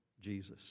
Jesus